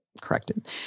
corrected